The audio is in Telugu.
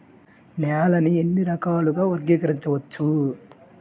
నేలని ఎన్ని రకాలుగా వర్గీకరించవచ్చు?